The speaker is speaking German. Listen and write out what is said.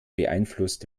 beeinflusst